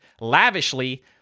lavishly